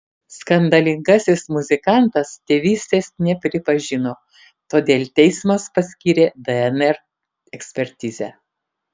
skandalingasis muzikantas tėvystės nepripažino todėl teismas paskyrė dnr ekspertizę